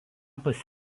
pas